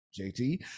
JT